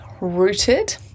rooted